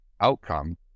outcome